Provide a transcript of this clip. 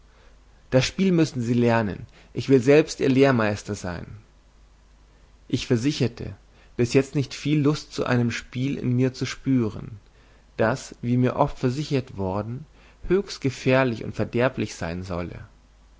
das spiel müssen sie lernen ich will selbst ihr lehrmeister sein ich versicherte bis jetzt nicht viel lust zu einem spiel in mir zu spüren das wie mir oft versichert worden höchst gefährlich und verderblich sein solle